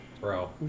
bro